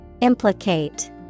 Implicate